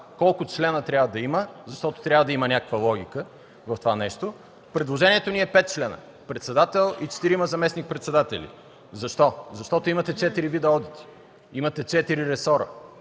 колко членове трябва да има, защото трябва да има някаква логика в това нещо. Предложението ни е петима членове: председател и четирима заместник-председатели. Защо? Защото имате четири вида одити, имате четири